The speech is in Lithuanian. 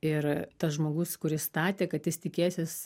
ir tas žmogus kurį statė kad jis tikėsis